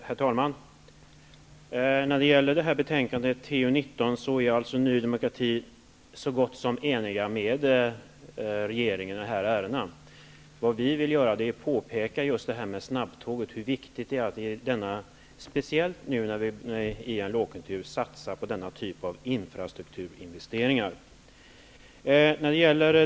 Herr talman! När det gäller de ärenden som behandlas i betänkandet TU19 är Ny demokrati så gott som enigt med regeringen. Vad vi vill göra är att påpeka hur viktigt det är att speciellt i en lågkonjunktur satsa på den typ av infrastrukturinvesteringar som snabbtåg utgör.